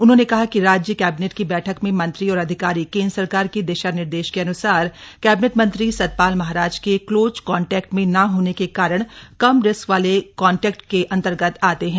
उन्होंने कहा कि राज्य कैबिनेट की बैठक में मंत्री और अधिकारी केंद्र सरकार के दिशा निर्देश के अनुसार कैबिनेट मंत्री सतपाल महाराज के क्लोज कॉन्टेक्ट में न होने के कारण कम रिस्क वाले कॉन्टेक्ट के अंतर्गत आते हैं